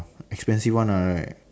expensive one ah like